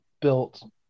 built